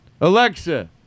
Alexa